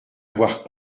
avoir